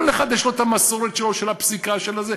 כל אחד יש לו את המסורת שלו של הפסיקה שלו,